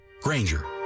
Granger